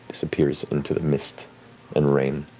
disappears into the mist and rain.